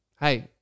Hey